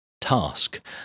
task